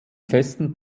festen